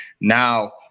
Now